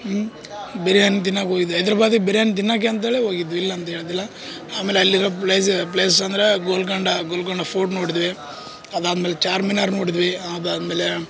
ಬಿರಿಯಾನಿ ತಿನ್ನೋಕ್ ಹೋಗಿದ್ದೆ ಹೈದ್ರಾಬಾದಿಗೆ ಬಿರಿಯಾನಿ ತಿನ್ನೋಕೆ ಅಂತೇಳಿ ಹೋಗಿದ್ದು ಇಲ್ಲ ಅಂತ ಹೇಳ್ತಿಲ್ಲ ಆಮೇಲೆ ಅಲ್ಲಿರೋ ಪ್ಲೇಸ್ ಪ್ಲೇಸ್ ಅಂದರೆ ಗೋಲ್ಕೊಂಡ ಗೋಲ್ಕೊಂಡ ಫೋರ್ಟ್ ನೋಡಿದೀವಿ ಅದಾದ್ಮೇಲೆ ಚಾರ್ ಮಿನಾರ್ ನೋಡಿದ್ವಿ ಅದಾದಮೇಲೆ